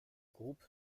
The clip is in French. groupe